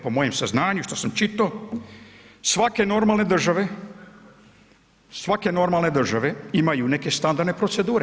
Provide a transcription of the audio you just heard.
Po mojem saznanju, što sam čitao, svake normalne države, svake normalne države imaju neke standardne procedure.